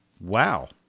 Wow